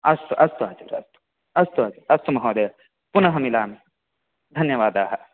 अस्तु अस्तु अचार्य अस्तु अस्तु आचार्य अस्तु महोदय पुनः मिलामि धन्यवादाः